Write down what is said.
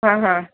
हां हां